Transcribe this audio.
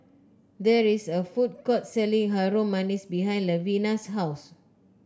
there is a food court selling Harum Manis behind Levina's house